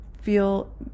feel